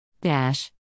Dash